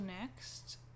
next